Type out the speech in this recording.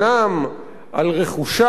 על רכושם של התושבים,